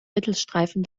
mittelstreifen